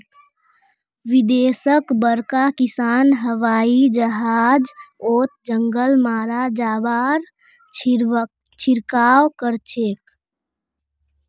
विदेशत बड़का किसान हवाई जहाजओत जंगल मारा दाबार छिड़काव करछेक